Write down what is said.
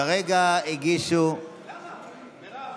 כרגע הגישו, למה, מירב?